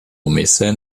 mason